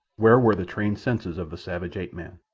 where were the trained senses of the savage ape-man?